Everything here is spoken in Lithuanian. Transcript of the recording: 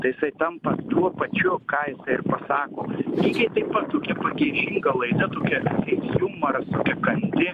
tai jisai tampa tuo pačiu ką jisai ir pasako lygiai taip pat tokia pagiežinga laida tokia kaip jumoras tokia kandi